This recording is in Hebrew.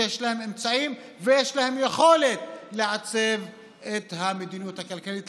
שיש להם אמצעים ויש להם יכולת לעצב את המדיניות הכלכלית.